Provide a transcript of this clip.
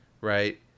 right